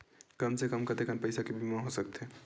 कम से कम कतेकन पईसा के बीमा हो सकथे?